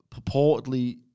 purportedly